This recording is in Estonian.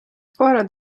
koerad